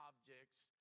objects